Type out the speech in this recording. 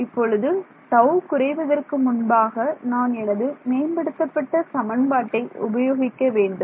இப்பொழுது τ குறைவதற்கு முன்பாக நான் எனது மேம்படுத்தப்பட்ட சமன்பாட்டை உபயோகிக்கவேண்டும்